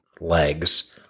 legs